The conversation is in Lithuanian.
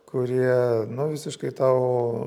kurie nu visiškai tau